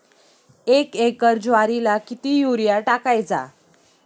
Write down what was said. एक एकर ज्वारीला किती युरिया टाकायचा?